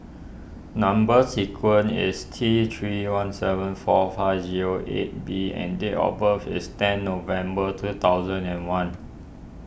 Number Sequence is T three one seven four five zero eight B and date of birth is ten November two thousand and one